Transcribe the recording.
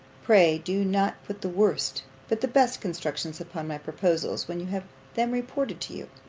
pray do not put the worst but the best constructions upon my proposals, when you have them reported to you.